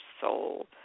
soul